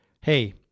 hey